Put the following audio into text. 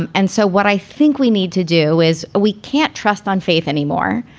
and and so what i think we need to do is we can't trust on faith anymore,